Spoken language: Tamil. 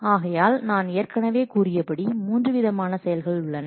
ஆகையால் நான் ஏற்கனவே கூறியபடி மூன்று விதமான செயல்கள் உள்ளன